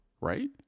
right